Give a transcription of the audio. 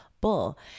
bull